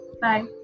Bye